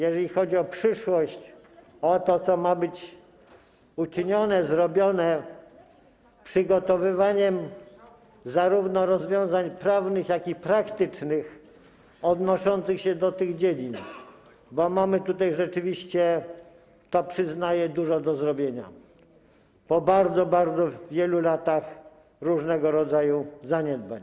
Jeżeli chodzi o przyszłość, o to, co ma być uczynione, zrobione przygotowywanie zarówno rozwiązań prawnych, jak i praktycznych odnoszących się do tych dziedzin, mamy tutaj rzeczywiście, to przyznaję, dużo do zrobienia po bardzo, bardzo wielu latach różnego rodzaju zaniedbań.